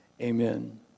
Amen